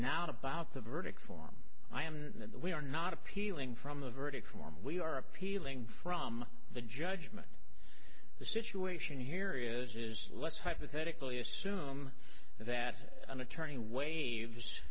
nowt about the verdict form i am that we are not appealing from the verdict form we are appealing from the judgment the situation here is is let's hypothetically assume that an attorney waives